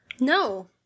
No